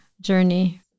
journey